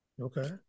Okay